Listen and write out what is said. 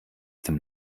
dem